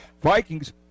Vikings